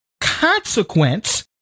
consequence